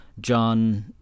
John